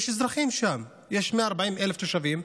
יש אזרחים שם, יש 140,000 תושבים.